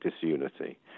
disunity